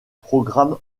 programme